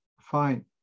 Fine